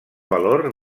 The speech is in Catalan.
valor